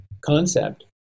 concept